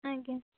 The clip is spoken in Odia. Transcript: ଆଜ୍ଞା